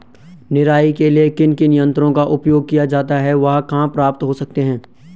निराई के लिए किन किन यंत्रों का उपयोग किया जाता है वह कहाँ प्राप्त हो सकते हैं?